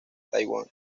taiwán